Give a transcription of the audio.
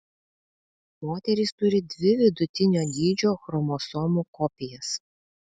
moterys turi dvi vidutinio dydžio chromosomų kopijas